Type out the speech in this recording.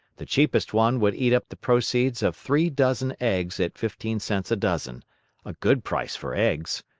the cheapest one would eat up the proceeds of three dozen eggs at fifteen cents a dozen a good price for eggs!